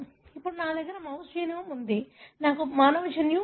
ఇప్పుడు నా దగ్గర మౌస్ జీనోమ్ ఉంది నాకు మానవ జన్యువు ఉంది